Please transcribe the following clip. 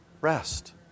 rest